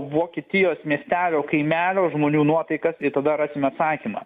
vokietijos miestelio kaimelio žmonių nuotaikas ir tada rasime atsakymą